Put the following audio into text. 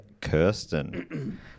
Kirsten